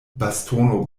bastono